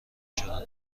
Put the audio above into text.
شدم